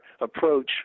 approach